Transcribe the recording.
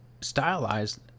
stylized